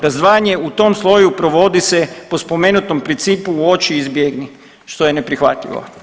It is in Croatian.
Razdvajanje u tom sloju provodi se po spomenutom principu uoči izbjegni, što je neprihvatljivo.